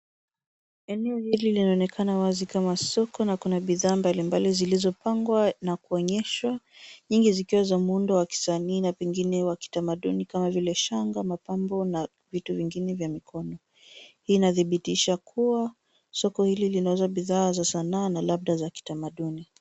Eneo hili linaonekana wazi kama soko na kuna bidhaa mbalimbali zilizopangwa na kuonyeshwa, nyingi zikiwa za muundo wa kisanii na vingine wa kitamaduni kama vile shanga, mapambo na vitu vingine vya mikono. Inadhibitisha kuwa soko hili linauza bidhaa za sanaa na labda za kitamaduni.